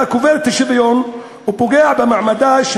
אתה קובר את השוויון ופוגע במעמדה של